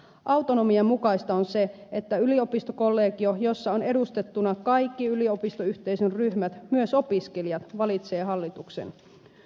autonomian mukaista on se että yliopistokollegio jossa ovat edustettuina kaikki yliopistoyhteisön ryhmät myös opiskelijat valitsee hallituksen